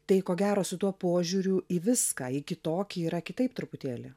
tai ko gero su tuo požiūriu į viską į kitokį yra kitaip truputėlį